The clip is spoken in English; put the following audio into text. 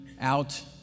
out